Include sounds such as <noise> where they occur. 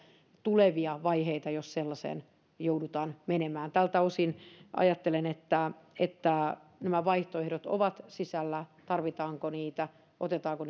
tulevia vaiheita jos sellaiseen joudutaan menemään tältä osin ajattelen että että nämä vaihtoehdot ovat sisällä tarvitaanko niitä otetaanko <unintelligible>